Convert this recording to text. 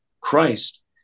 Christ